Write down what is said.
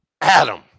Adam